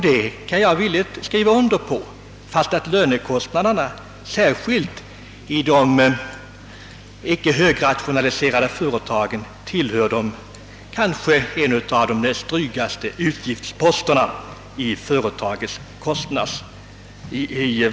Det kan jag villigt skriva under, ehuru lönekostnaderna särskilt i de icke högrationaliserade företagen tillhör de drygaste posterna på företagens kostnadssida.